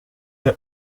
the